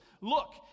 Look